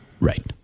right